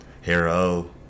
Hero